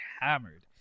hammered